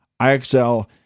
ixl